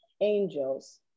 angels